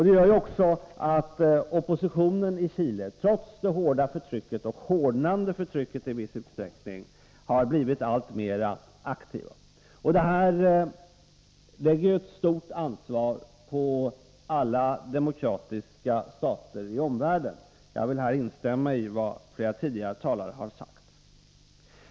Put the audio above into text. Det gör att oppositionen i Chile — trots det hårda och i viss utsträckning hårdnande förtrycket — har blivit alltmera aktiv. Det lägger ett stort ansvar på alla demokratiska stater i omvärlden — jag vill här instämma i vad flera talare tidigare har sagt.